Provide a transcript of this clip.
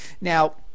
Now